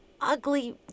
ugly